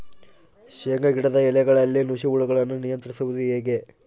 ಶೇಂಗಾ ಗಿಡದ ಎಲೆಗಳಲ್ಲಿ ನುಷಿ ಹುಳುಗಳನ್ನು ನಿಯಂತ್ರಿಸುವುದು ಹೇಗೆ?